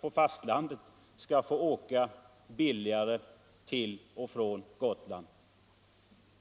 på fastlandet skall få åka billigare till och från Gotland.